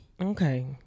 Okay